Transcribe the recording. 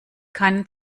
keinen